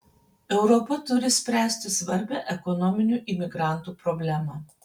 europa turi spręsti svarbią ekonominių imigrantų problemą